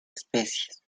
especies